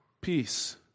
peace